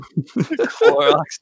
Clorox